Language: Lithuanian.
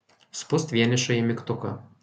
spust vienišąjį mygtuką